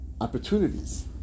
opportunities